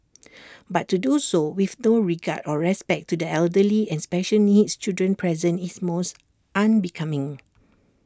but to do so with no regard or respect to the elderly and special needs children present is most unbecoming